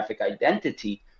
identity